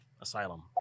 asylum